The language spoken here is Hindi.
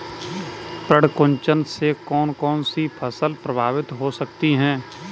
पर्ण कुंचन से कौन कौन सी फसल प्रभावित हो सकती है?